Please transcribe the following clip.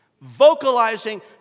Vocalizing